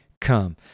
Come